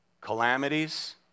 calamities